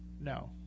No